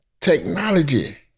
technology